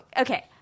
okay